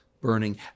burning